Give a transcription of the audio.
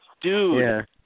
Dude